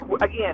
Again